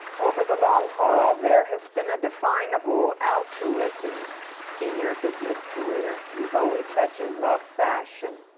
over the long haul there has been a definable altruism in your business career. you've always said you love fashion,